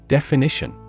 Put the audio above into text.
Definition